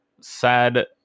sad